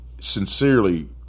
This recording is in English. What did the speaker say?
sincerely